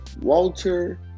Walter